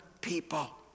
people